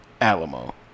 Alamo